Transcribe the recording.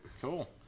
Cool